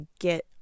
get